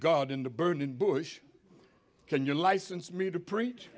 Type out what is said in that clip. god in the burning bush can your license me to preach